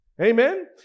Amen